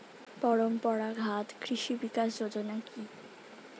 পরম্পরা ঘাত কৃষি বিকাশ যোজনা কি?